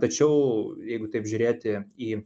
tačiau jeigu taip žiūrėti į